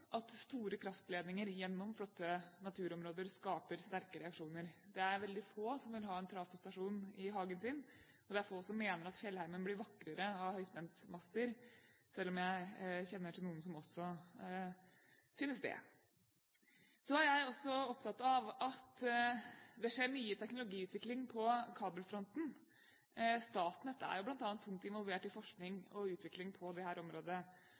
at store kraftledninger gjennom flotte naturområder skaper sterke reaksjoner. Det er veldig få som vil ha en trafostasjon i hagen sin, og det er få som mener at fjellheimen blir vakrere av høyspentmaster, selv om jeg kjenner til noen som også synes det. Jeg er også opptatt av at det skjer mye teknologiutvikling på kabelfronten. Statnett er bl.a. tungt involvert i forskning og utvikling på dette området. Min påstand er at fokus på og kunnskapen om dette området